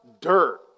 Dirt